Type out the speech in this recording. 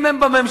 אם הם בממשלה,